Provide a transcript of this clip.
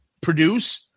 produce